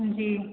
जी